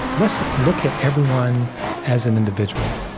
let's look at everyone as an individual.